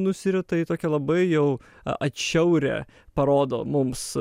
nusirita į tokią labai jau atšiaurią parodo mums